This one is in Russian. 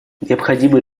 необходимы